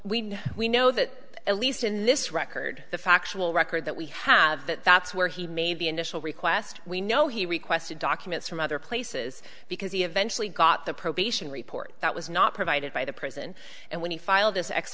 we know we know that at least in this record the factual record that we have that that's where he made the initial request we know he requested documents from other places because he eventually got the probation report that was not provided by the prison and when he filed this